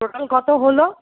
total কতো হলো